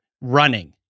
running